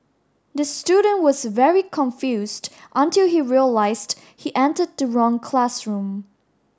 the student was very confused until he realised he entered the wrong classroom